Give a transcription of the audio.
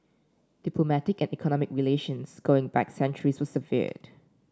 diplomatic and economic relations going back centuries were severed